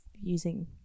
using